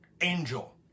angel